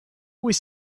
was